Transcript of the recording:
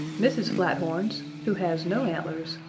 mrs. flathorns, who has no antlers,